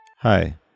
Hi